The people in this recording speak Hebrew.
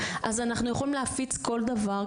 אז אנחנו יכולים להפיץ כל דבר,